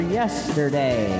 yesterday